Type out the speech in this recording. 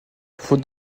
faute